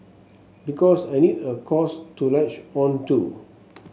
because I need a cause to latch on to